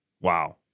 Wow